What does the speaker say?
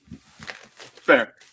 fair